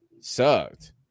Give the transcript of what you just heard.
sucked